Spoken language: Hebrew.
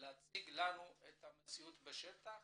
ולהציג לנו את המציאות בשטח